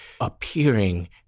appearing